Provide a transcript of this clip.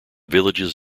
villages